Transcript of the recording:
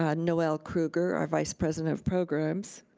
ah noel krueger our vice-president of programs,